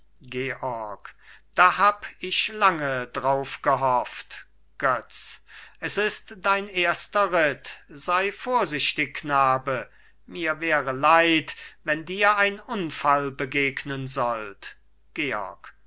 georg da hab ich lange drauf gehofft götz es ist dein erster ritt sei vorsichtig knabe mir wäre leid wenn dir ein unfall begegnen sollt georg